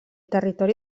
territori